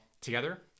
together